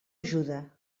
ajuda